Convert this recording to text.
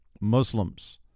Muslims